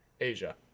Asia